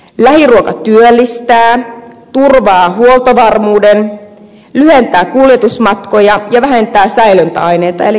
lähiruoka työllistää turvaa huoltovarmuuden lyhentää kuljetusmatkoja ja vähentää säilöntäaineita elikkä on ympäristöystävällistä